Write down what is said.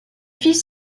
fils